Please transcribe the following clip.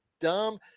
dumb